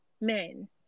men